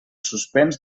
suspens